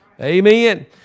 Amen